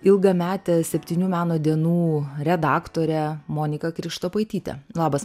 ilgamete septynių meno dienų redaktore monika krištopaityte labas